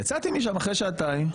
יצאתי משם אחרי שעתיים,